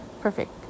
Perfect